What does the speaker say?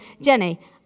Jenny